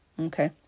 okay